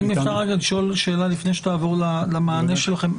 אם אפשר רגע לשאול שאלה לפני שתעבור למענה שלכם.